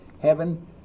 heaven